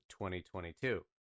2022